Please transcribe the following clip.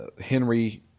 Henry